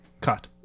cut